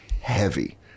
Heavy